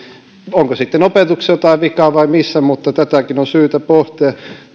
onko sitten opetuksessa jotain vikaa vai missä mutta tätäkin on syytä pohtia